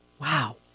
Wow